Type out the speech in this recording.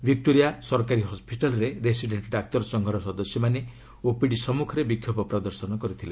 Victoria ସରକାରୀ ହସ୍କିଟାଲ୍ରେ resident ଡାକ୍ତର ସଂଘର ସଦସ୍ୟମାନେ ଓପିଡି ସମ୍ମୁଖରେ ବିକ୍ଷୋଭ ପ୍ରଦର୍ଶନ କରିଥିଲେ